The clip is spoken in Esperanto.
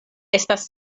estas